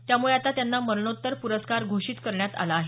त्यामुळे त्यांना आता मरणोत्तर पुरस्कार घोषित करण्यात आला आहे